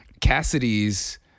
Cassidy's